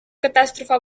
catàstrofe